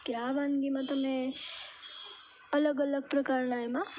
આ વાનગીમાં તમે અલગ અલગ પ્રકારના એમાં